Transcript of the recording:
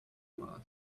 mask